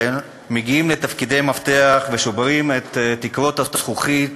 מגיעים לתפקידי מפתח ושוברים את תקרות הזכוכית,